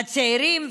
הצעירים,